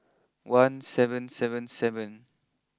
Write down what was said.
one seven seven seven